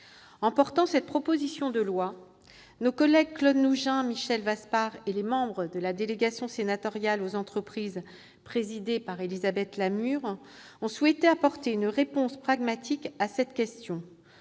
En portant cette proposition de loi, nos collègues Claude Nougein et Michel Vaspart, ainsi que les membres de la délégation sénatoriale aux entreprises présidée par Élisabeth Lamure, ont souhaité apporter une réponse pragmatique à la question